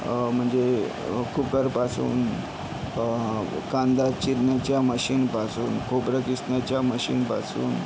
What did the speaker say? म्हणजे कुक्कर पासून कांदा चिरण्याच्या मशीनपासून खोबरं किसण्याच्या मशीनपासून